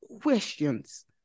questions